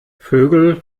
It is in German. vögel